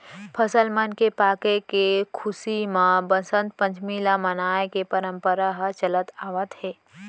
फसल मन के पाके के खुसी म बसंत पंचमी ल मनाए के परंपरा ह चलत आवत हे